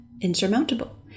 insurmountable